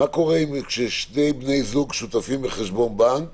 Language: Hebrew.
קורה כאשר שני בני זוג שותפים בחשבון בנק